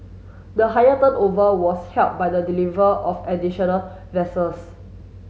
the higher turnover was helped by the deliver of additional vessels